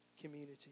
community